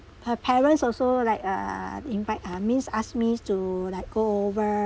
parents also like uh invite ah means asked me to like go over